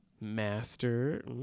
master